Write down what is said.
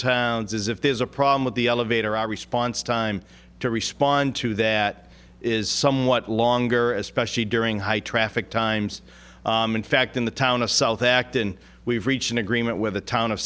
towns if there is a problem with the elevator our response time to respond to that is somewhat longer especially during high traffic times in fact in the town of south acton we've reached an agreement with the town of